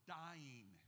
dying